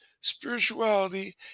Spirituality